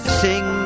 sing